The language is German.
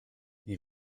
wie